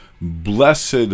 blessed